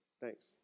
Thanks